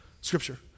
Scripture